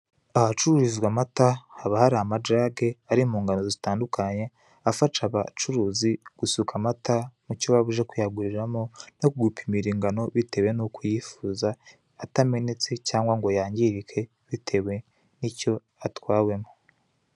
Aha cururizwa haba hari amajage ari mu ngano zitandukanye afasha abacuruzi gusuka amata mucyo waba uje kuyaguriramo no kugupimira ingano bitewe nuko uyifuza atamenetse cyangwa ngo yangirike bitewe nicyo atwawemo.